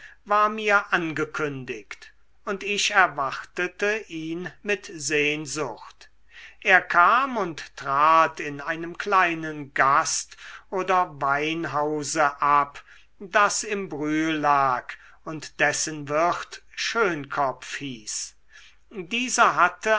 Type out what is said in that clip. angekündigt und ich erwartete